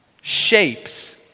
shapes